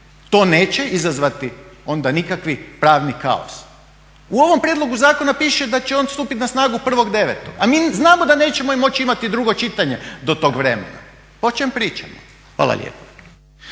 To neće izazvati onda nikakvi pravni kaos. U ovom prijedlogu zakona piše da će on stupiti na snagu 1.9. a mi znamo da nećemo moći imati drugo čitanje do tog vremena. O čem pričamo? Hvala lijepa.